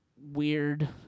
weird